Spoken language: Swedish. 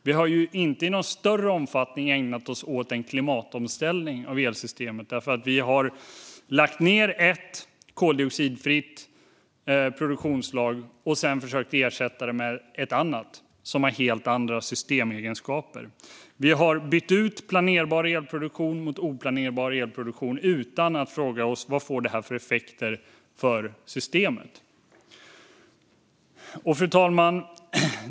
Vi har inte i någon större omfattning ägnat oss åt en klimatomställning av elsystemet. Vi har lagt ned ett koldioxidfritt produktionsslag och sedan försökt ersätta det med ett annat, som har helt andra systemegenskaper. Vi har bytt ut planerbar elproduktion mot oplanerbar elproduktion utan att fråga oss vad detta får för effekter för systemet. Fru talman!